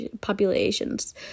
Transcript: populations